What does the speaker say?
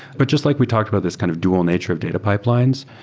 but just like we talked about this kind of dual nature of data pipelines,